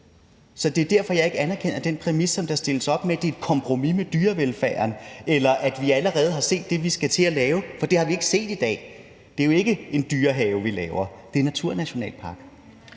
ud. Det er derfor, jeg ikke anerkender den præmis, der sættes, om, at der bliver gået på kompromis med dyrevelfærden, eller at vi allerede har set det, vi skal til at lave, for det har vi ikke set endnu. Det er jo ikke en dyrehave, vi laver – det er naturnationalparker.